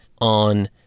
on